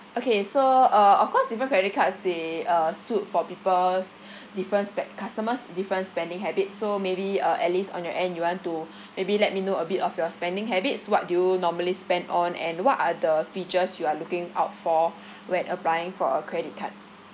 okay so uh of course different credit cards they uh suit for people's differents back~ customers' different spending habits so maybe uh alice on your end you want to maybe let me know a bit of your spending habits what do you normally spend on and what are the features you are looking out for when applying for a credit card